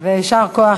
יישר כוח.